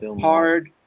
hard